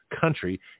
country